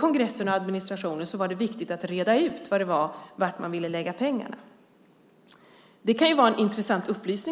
kongressen och administrationen var det dock viktigt att reda ut var man ville lägga pengarna. Det kan vara en intressant upplysning.